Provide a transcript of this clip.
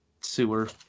sewer